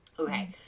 Okay